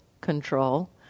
control